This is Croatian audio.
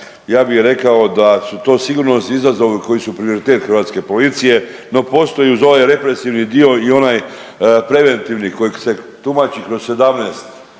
ja bih rekao da su to sigurno izazovi koji su prioritet Hrvatske policije, no postoji uz ovaj represivni dio i onaj preventivni kojeg se tumači kroz 17